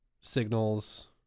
Signals